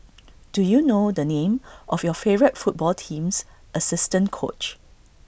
do you know the name of your favourite football team's assistant coach